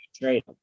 trade